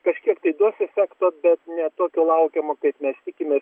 kažkiek tai duos efekto bet ne tokio laukiamo kaip mes tikimės